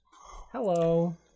Hello